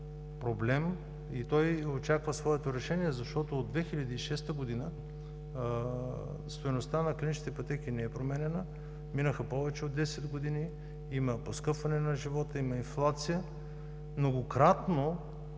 проблем. Той очаква своето решение, защото от 2006 г. стойността на клиничните пътеки не е променяна. Минаха повече от 10 години, има поскъпване на живота, има инфлация, многократно